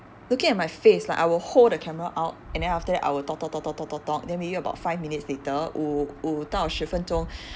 looking at my face like I will hold the camera out and then after that I will talk talk talk talk talk then maybe about five minutes later 五五到十分钟